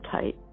tight